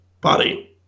body